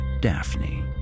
Daphne